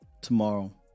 tomorrow